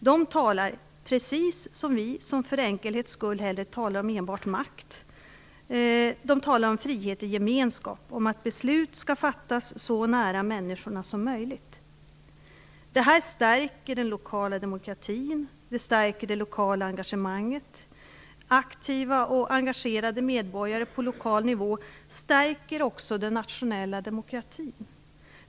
De talar - precis som vi som för enkelhets skull hellre talar om enbart makt - om frihet i gemenskap och om att beslut skall fattas så nära människorna som möjligt. Detta stärker den lokala demokratin och det lokala engagemanget. Aktiva och engagerade medborgare på lokal nivå stärker också den nationella demokratin.